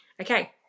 Okay